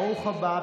ברוך הבא.